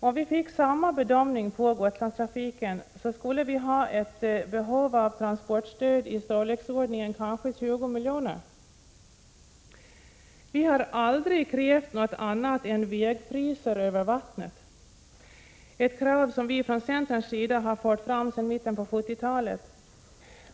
Om samma bedömningsgrunder användes beträffande Gotlandstrafiken skulle vi ha rätt till ett transportstöd kanske i storleksordningen 20 miljoner. Vi har aldrig krävt något annat än vägpriser över vattnet — ett krav som vi från centerns sida har fört fram sedan mitten på 70-talet.